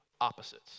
opposites